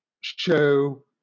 show